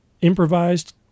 improvised